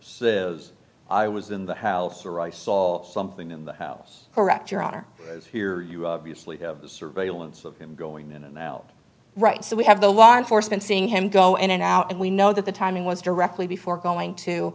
says i was in the house or i saw something in the house correct your honor is here you obviously have the surveillance of him going minute right so we have the law enforcement seeing him go in and out and we know that the timing was directly before going to